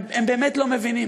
הם באמת לא מבינים.